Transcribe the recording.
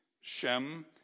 Shem